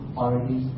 already